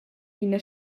ina